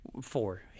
Four